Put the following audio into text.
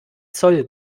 zoll